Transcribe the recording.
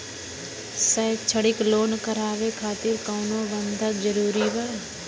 शैक्षणिक लोन करावे खातिर कउनो बंधक जरूरी बा?